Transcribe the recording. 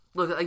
Look